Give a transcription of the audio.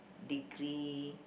degree